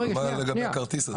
אני שואל לגבי הכרטיס.